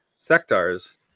sectars